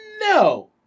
No